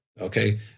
okay